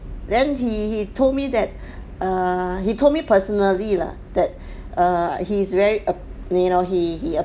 then he he told me that err he told me personally lah that err he's very ap~ you know he he